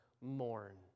mourn